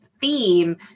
theme